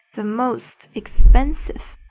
the most expensive.